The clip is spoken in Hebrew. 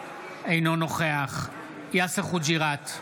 אינו נוכח יאסר חוג'יראת,